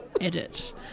Edit